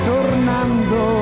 Tornando